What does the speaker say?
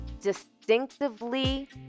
distinctively